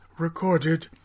recorded